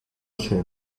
się